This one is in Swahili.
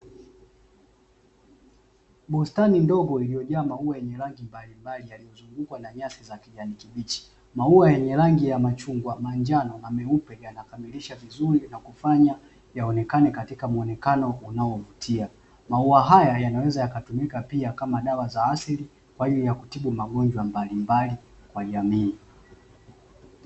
Bustani ndogo iliyojaa maua yenye rangi mbalimbali yaliyozungukwa na nyasi za kijani kibichi, mauwa yenye rangi ya machungwa, manjano na meupe yanakamilisha vizuri na kufanya yaonekane katika muonekano unaovutia. Maua haya yanaweza kutumika pia kama dawa za asili, kwa ajili ya kutibu magonjwa mbalimbali kwa jamii.